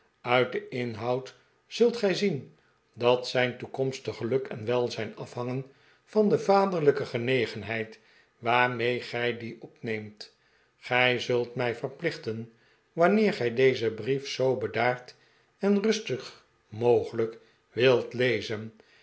uit den inhoud zult gij zien dat zijn toekomstig geluk en welzijn afhangen van de vaderlijke genegenheid waarmee gij dien opneemt gij zult mij verplichten wanneer gij dezen brief zoo bedaard en rustig mogelijk wilt lezen